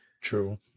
True